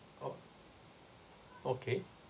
oh okay